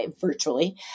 virtually